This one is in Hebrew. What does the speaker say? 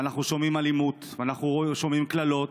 ואנחנו שומעים אלימות ואנחנו שומעים קללות,